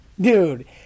Dude